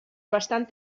bastant